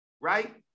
right